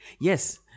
Yes